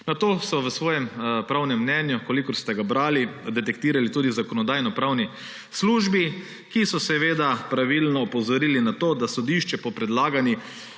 Na to so v svojem pravnem mnenju, če ste ga brali, detektirali tudi v Zakonodajno-pravni službi, kjer so seveda pravilno opozorili na to, da sodišče po predlagani